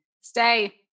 Stay